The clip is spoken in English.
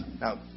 Now